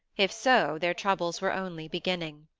if so, their troubles were only beginning.